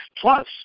Plus